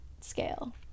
scale